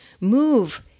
move